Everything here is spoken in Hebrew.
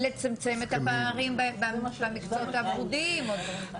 לצמצם את הפערים של המקצועות הורודים.